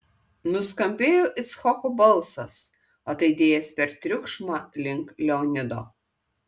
nuskambėjo icchoko balsas ataidėjęs per triukšmą link leonido